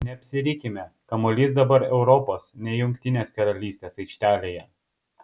neapsirikime kamuolys dabar europos ne jungtinės karalystės aikštelėje